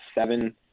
seven